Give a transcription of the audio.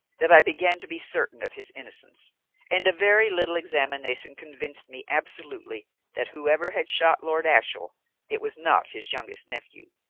that i began to be certain of his innocence and a very little examination convinced me absolutely that whoever had shot lord ashiel it was not his youngest nephew.